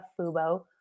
fubo